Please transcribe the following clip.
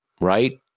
right